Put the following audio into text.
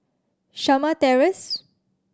Shamah Terrace